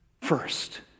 first